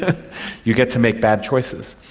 ah you get to make bad choices.